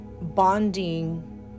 bonding